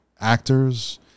actors